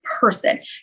person